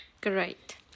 Great